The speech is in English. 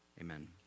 Amen